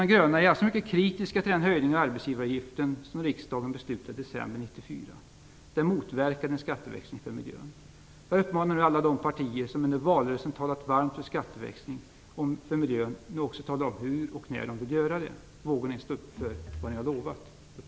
Vi, de gröna är alltså mycket kritiska till den höjning av arbetsgivaravgiften som riksdagen beslutade i december 1994. Den motverkar en skatteväxling för miljön. Jag uppmanar nu alla de partier som under valrörelsen talat varmt för skatteväxling för miljön att också tala om hur och när de vill genomföra den. Vågar ni stå upp för vad ni har lovat?